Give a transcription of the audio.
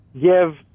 give